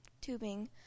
tubing